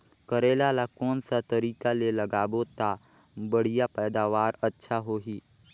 करेला ला कोन सा तरीका ले लगाबो ता बढ़िया पैदावार अच्छा होही?